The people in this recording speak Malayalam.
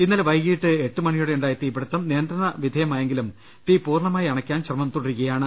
ഇന്നലെ വൈകിട്ട് എട്ടുമണിയോടെയുണ്ടായ തീപിടുത്തം നിയന്ത്രണവിധേയമായെങ്കിലും തീ പൂർണ്ണമായി അണയ്ക്കാൻ ശ്രമം തുടരുകയാണ്